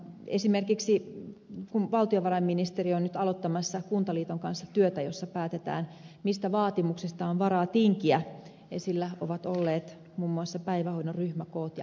esimerkiksi kun valtiovarainministeriö on nyt aloittamassa kuntaliiton kanssa työtä jossa päätetään mistä vaatimuksista on varaa tinkiä esillä ovat olleet muun muassa päivähoidon ryhmäkoot ja kelpoisuusvaatimukset